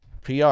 PR